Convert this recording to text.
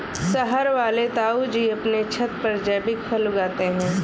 शहर वाले ताऊजी अपने छत पर जैविक फल उगाते हैं